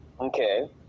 Okay